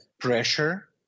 pressure